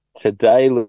Today